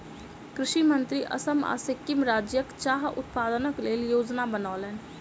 कृषि मंत्री असम आ सिक्किम राज्यक चाह उत्पादनक लेल योजना बनौलैन